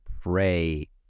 pray